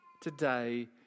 today